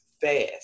fast